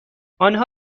آنها